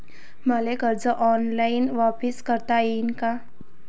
मले कर्ज ऑनलाईन वापिस करता येईन का?